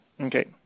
Okay